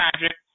Magic